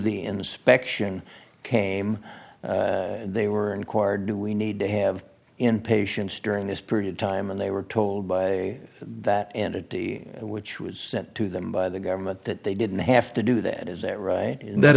the inspection came they were inquired do we need to have in patients during this period of time and they were told by that entity which was sent to them by the government that they didn't have to do that is that right that